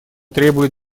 требует